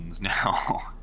now